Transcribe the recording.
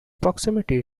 proximity